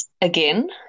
again